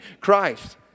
Christ